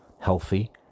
healthy